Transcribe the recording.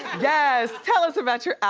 yeah yes! tell us about your